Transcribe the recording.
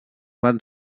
van